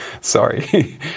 Sorry